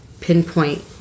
pinpoint